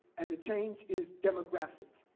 and that change is demographic.